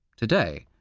today,